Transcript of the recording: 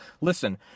Listen